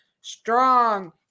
strong